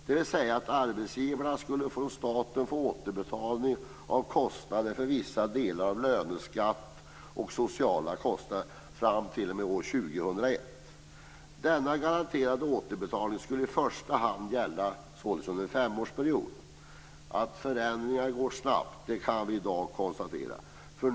Det innebar att arbetsgivaren skulle få återbetalning från staten för kostnader för vissa delar av löneskatt samt sociala kostnader fram t.o.m. år 2001. Denna garanterade återbetalning skulle således i första hand gälla under en femårsperiod. Vi kan i dag konstatera att förändringar går snabbt.